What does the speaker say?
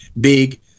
big